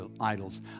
idols